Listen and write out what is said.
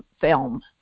film